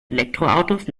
elektroautos